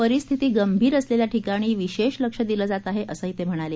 परिस्थिती गंभीर असलेल्या ठिकाणी विशेष लक्ष दिलं जात आहे असंही ते म्हणाले